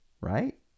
right